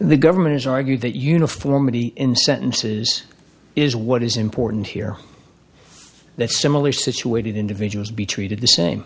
the government has argued that uniformity in sentences is what is important here that similar situated individuals be treated the same